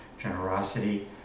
generosity